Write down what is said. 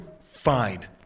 fine